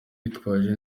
witwaje